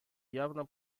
явно